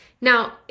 Now